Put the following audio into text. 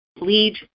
lead